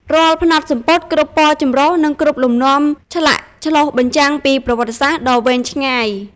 រាល់ផ្នត់សំពត់ គ្រប់ពណ៌ចម្រុះ និងគ្រប់លំនាំឆ្លាក់ឆ្លុះបញ្ចាំងពីប្រវត្តិសាស្ត្រដ៏វែងឆ្ងាយ។